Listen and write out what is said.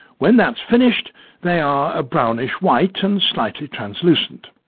when that's finished they are a brownish white and slightly translucent.